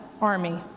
army